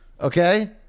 Okay